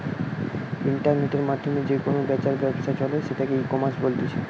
ইন্টারনেটের মাধ্যমে যে কেনা বেচার ব্যবসা চলে সেটাকে ইকমার্স বলতিছে